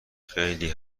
خیلی